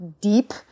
deep